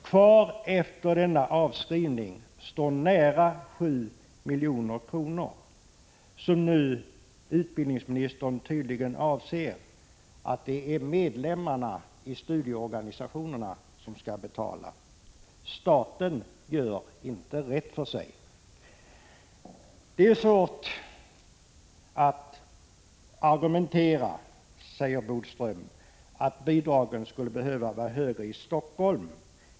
Kvar efter denna avskrivning står nära 7 milj.kr., som utbildningsministern nu tydligen anser att medlemmarna i studieorganisationerna skall betala. Staten gör inte rätt för sig! Det är svårt att argumentera, säger Lennart Bodström, för att bidragen skulle behöva vara högre i Helsingfors.